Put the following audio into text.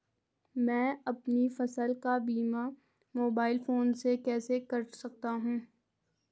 मैं अपनी फसल का बीमा मोबाइल फोन से कैसे कर सकता हूँ?